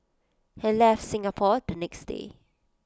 he left Singapore the next day